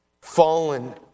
Fallen